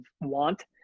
want